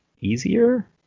easier